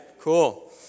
cool